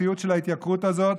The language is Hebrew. למציאות של ההתייקרות הזאת,